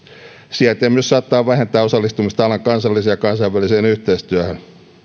sijainti myös saattaa vähentää osallistumista alan kansalliseen ja kansainväliseen yhteistyöhön